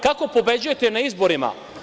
Kako pobeđujete na izborima?